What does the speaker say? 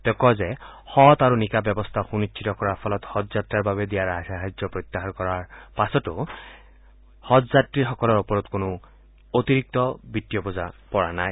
তেওঁ কয় যে সৎ আৰু নিকা ব্যৱস্থা সুনিশ্চিত কৰাৰ ফলত হজ যাত্ৰাৰ বাবে দিয়া ৰাজ সাহায্য প্ৰত্যাহাৰ কৰাৰ পাছত তীৰ্থযাত্ৰীসকলৰ ওপৰত কোনো অতিৰিক্ত বিত্তীয় বোজা পৰা নাই